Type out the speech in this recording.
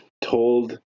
told